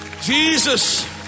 jesus